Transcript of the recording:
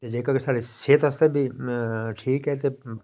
ते जेह्का कि साढ़ी सेह्त आस्तै बी ठीक ऐ